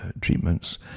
treatments